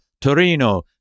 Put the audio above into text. Torino